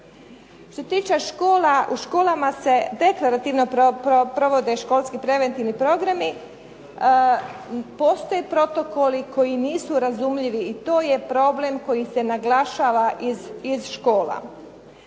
Što se tiče škola u školama se deklarativno provode školski preventivni programi. Postoje protokoli koji nisu razumljivi i to je problem koji se naglašava iz škola.